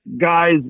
guys